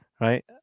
Right